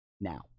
now